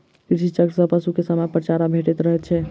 कृषि चक्र सॅ पशु के समयपर चारा भेटैत रहैत छै